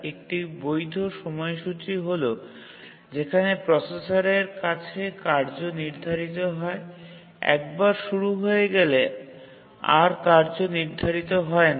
একটি বৈধ সময়সূচী হল যেখানে প্রসেসরের কাছে কার্য নির্ধারিত হয় একবার শুরু হয়ে গেলে আর কার্য নির্ধারিত হয় না